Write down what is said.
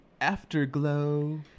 Afterglow